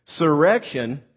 Surrection